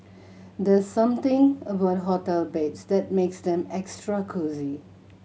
there's something about hotel beds that makes them extra cosy